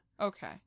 Okay